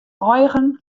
eigen